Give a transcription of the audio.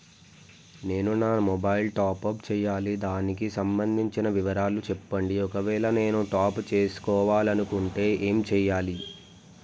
నేను నా mobile top up చేయాలి దానికి సంబంధించిన వివరాలు చెప్పండి ఒకవేళ నేను టాప్ చేసుకోవాలనుకుంటే ఏం చేయాలి?